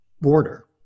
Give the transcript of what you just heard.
border